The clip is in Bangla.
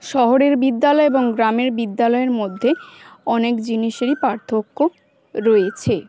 শহরের বিদ্যালয় এবং গ্রামের বিদ্যালয়ের মধ্যে অনেক জিনিসেরই পার্থক্য রয়েছে